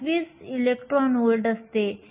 25 electron volt असते